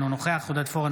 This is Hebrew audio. אינו נוכח עודד פורר,